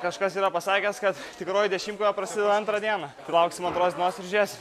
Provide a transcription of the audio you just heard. kažkas yra pasakęs kad tikroji dešimtkovė prasideda antrą dieną tai lauksim antros dienos ir žiūrėsim